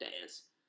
days